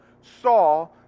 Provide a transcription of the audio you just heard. saw